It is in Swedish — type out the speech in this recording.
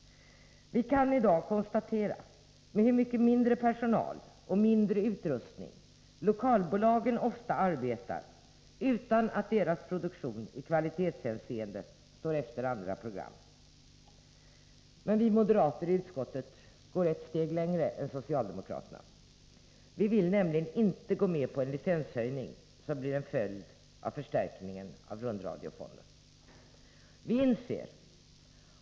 Vi kan i dag konstatera med hur mycket mindre personal och mindre utrustning lokalbolagen ofta arbetar utan att deras produktion i kvalitetshänseende står efter andra program. Men vi moderater i utskottet går ett steg längre än socialdemokraterna. Vi vill nämligen inte gå med på en licenshöjning, som blir en följd av förstärkningen av rundradiofonden.